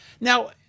Now